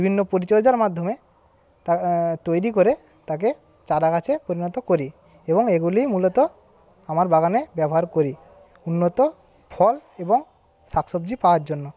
বিভিন্ন পরিচর্যার মাধ্যমে তা তৈরি করে তাকে চারা গাছে পরিণত করি এবং এগুলি মূলত আমার বাগানে ব্যবহার করি উন্নত ফল এবং শাকসবজি পাওয়ার জন্য